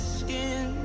skin